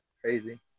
crazy